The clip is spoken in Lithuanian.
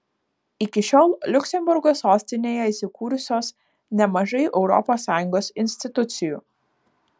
iki šiol liuksemburgo sostinėje įsikūrusios nemažai europos sąjungos institucijų